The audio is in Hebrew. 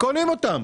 קונים אותן.